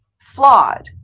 flawed